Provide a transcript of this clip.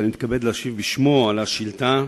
ואני מתכבד להשיב בשמו על השאילתא.